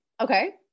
Okay